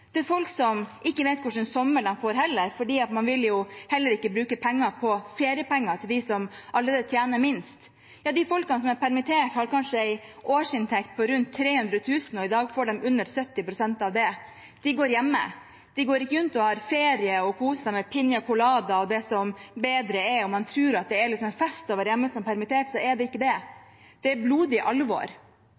som heller ikke vet hva slags sommer de får, for man vil jo heller ikke bruke penger på feriepenger til dem som allerede tjener minst. De folka som er permittert, har kanskje en årsinntekt på rundt 300 000 kr, og i dag får de under 70 pst. av det. De går hjemme, de går ikke rundt og har ferie og koser seg med piña colada og det som bedre er. Hvis man tror det er en fest å være hjemme som permittert, så er det ikke det. Det er blodig alvor.